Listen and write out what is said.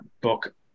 book